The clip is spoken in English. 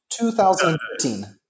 2013